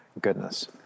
goodness